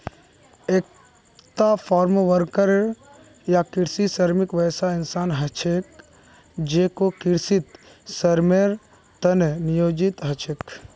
एकता farmworker या कृषि श्रमिक वैसा इंसान ह छेक जेको कृषित श्रमेर त न नियोजित ह छेक